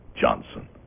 Johnson